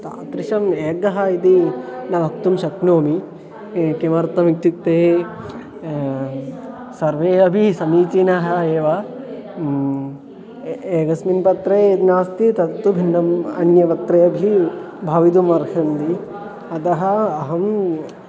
तादृशी एका इति न वक्तुं शक्नोमि किमर्थमित्युक्ते सर्वाः अपि समीचीनाः एव ए एकस्मिन् पत्रे यद् नास्ति तत्तु भिन्नम् अन्य पत्रेभिः भवितुमर्हन्ति अतः अहम्